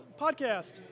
podcast